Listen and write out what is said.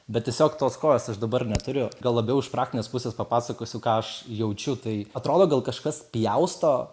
bet tiesiog tos kojos aš dabar neturiu gal labiau iš praktinės pusės papasakosiu ką aš jaučiu tai atrodo gal kažkas pjausto